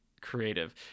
creative